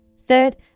Third